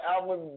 album